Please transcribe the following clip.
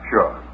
Sure